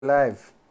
Live